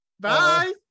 Bye